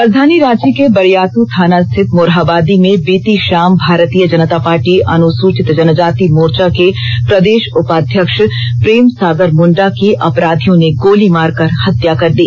राजधानी रांची के बरियातू थाना स्थित मोरहाबादी में बीती शाम भारतीय जनता पार्टी अनुसूचित जनजाति मोर्चा के प्रदेश उपाध्यक्ष प्रेम सागर मुंडा की अपराधियों ने गोली मार कर हत्या कर दी